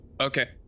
okay